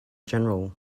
general